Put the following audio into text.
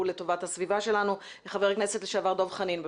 לטובת הסביבה שלנו כמו חבר הכנסת לשעבר דב חנין.